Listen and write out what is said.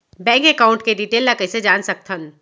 Bank account के detail ल कइसे जान सकथन?